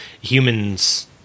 humans